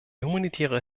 humanitäre